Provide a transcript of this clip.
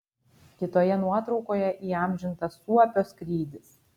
kitoje nuotraukoje įamžintas suopio skrydis